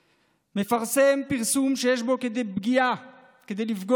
(1) מפרסם פרסום שיש בו כדי לפגוע פגיעה